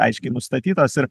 aiškiai nustatytos ir